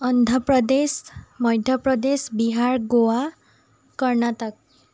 Andhra Pradesh Madhya Pradesh Bihar Goa Karnataka